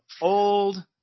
old